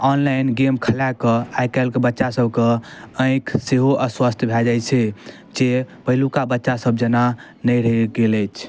online game खेलाके आइकाल्हिके बच्चासभके आँखि सेहो अस्वस्थ भऽ जाइ छै जे पहिलुका बच्चासभ जेना नहि रहि गेल अछि